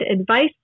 advice